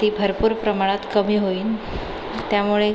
ती भरपूर प्रमाणात कमी होईन त्यामुळे